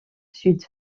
sud